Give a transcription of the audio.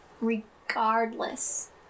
regardless